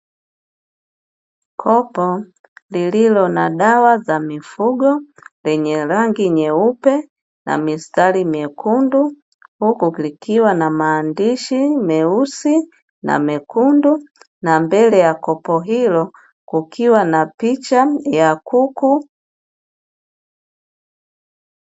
Kopo lililo na dawa za mifugo lenye rangi nyeupe na mistari mekundu, huku likiwa na maandishi meusi na mekundu na mbele ya kopo hilo kukiwa na picha ya kuku.